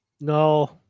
No